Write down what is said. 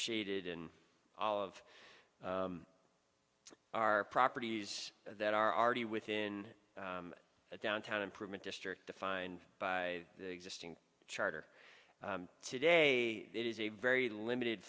shaded in all of are properties that are already within the downtown improvement district defined by the existing charter today it is a very limited